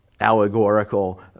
allegorical